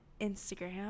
instagram